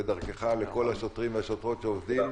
ודרכך לכל השוטרים והשוטרות שעובדים.